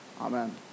Amen